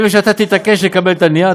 אני מאמין שאם אתה תתעקש לקבל את הנייר,